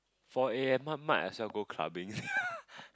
four A_M might might as well go clubbing